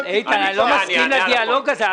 --- איתן, אני לא מסכים לדיאלוג הזה.